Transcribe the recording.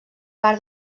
part